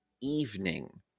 evening